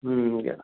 ह्म् य